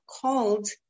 called